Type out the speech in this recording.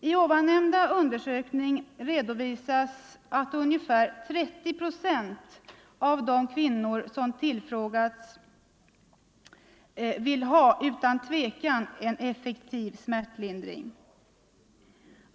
I nyssnämnda undersökning redovisas att ungefär 30 procent av de kvinnor som tillfrågats utan tvivel vill ha en effektiv smärtlindring.